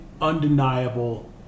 undeniable